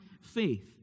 faith